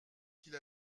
qu’il